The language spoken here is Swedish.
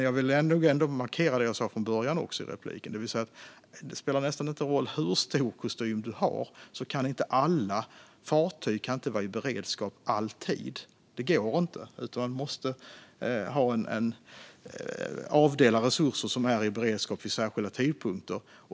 Jag vill också markera det jag sa i början: Alla fartyg kan inte alltid vara i beredskap; det spelar knappt någon roll hur stor kostym man har. Det går inte, utan man måste avdela resurser som är i beredskap vid särskilda tidpunkter.